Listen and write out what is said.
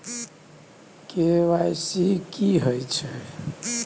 KYC की हय छै?